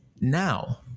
Now